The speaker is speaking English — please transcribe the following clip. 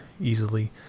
easily